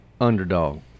underdog